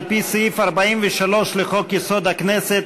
שעל-פי סעיף 43 לחוק-יסוד: הכנסת,